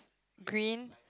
green